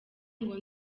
ngo